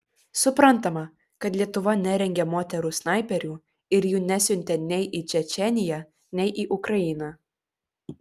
suprantama kad lietuva nerengė moterų snaiperių ir jų nesiuntė nei į čečėniją nei į ukrainą